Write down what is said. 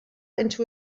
into